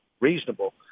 reasonable